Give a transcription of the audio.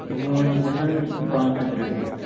ووٗنٛٹھ چھِ گژھان پانٛژھ ہَتھ رۄپیہِ